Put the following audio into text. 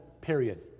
period